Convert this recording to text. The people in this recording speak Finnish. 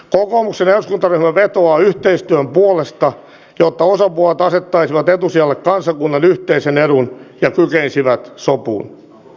kokoomuksen eduskuntaryhmä vetoaa yhteistyön puolesta jotta osapuolet asettaisivat etusijalle kansakunnan yhteisen edun ja kykenisivät sopuun